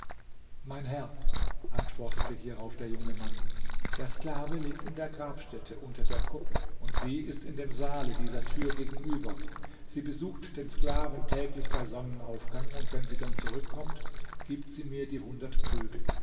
mein herr antwortete hierauf der junge mann der sklave liegt in der grabstätte unter der kuppel und sie ist in dem saale dieser tür gegenüber sie besucht den sklaven täglich bei sonnenaufgang und wenn sie dann zurückkommt gibt sie mir die hundert prügel